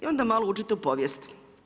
I onda malo uđete u povijest.